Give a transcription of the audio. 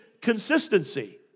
consistency